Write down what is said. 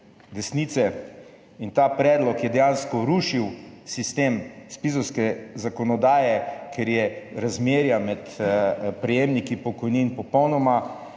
Ta predlog je dejansko rušil sistem zpizovske zakonodaje, ker je razmerja med prejemniki pokojnin popolnoma